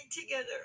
together